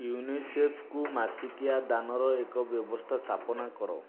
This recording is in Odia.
ୟୁନିସେଫ୍କୁ ମାସିକିଆ ଦାନର ଏକ ବ୍ୟବସ୍ଥା ସ୍ଥାପନା କର